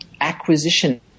acquisition